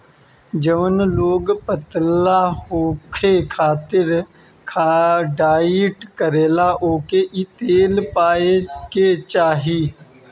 जवन लोग पतला होखे खातिर डाईट करेला ओके इ तेल खाए के चाही